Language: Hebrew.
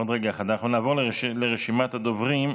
אנחנו נעבור לרשימת הדוברים.